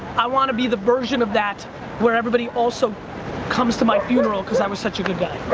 i want to be the version of that where everybody also comes to my funeral because i was such a good guy.